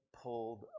pulled